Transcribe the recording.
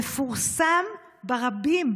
מפורסם ברבים,